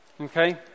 Okay